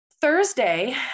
Thursday